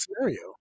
scenario